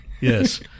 Yes